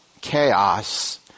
chaos